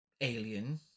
alien